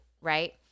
right